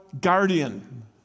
guardian